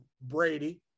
Brady